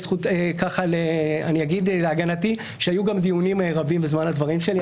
אבל אני אגיד להגנתי שהיו גם דיונים רבים בזמן הדברים שלי,